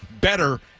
better